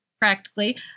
practically